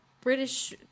British